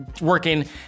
working